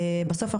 בסוף,